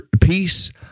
peace